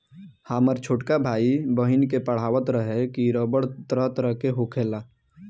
हामर छोटका भाई, बहिन के पढ़ावत रहे की रबड़ तरह तरह के होखेला